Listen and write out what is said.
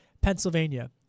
Pennsylvania